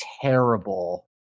terrible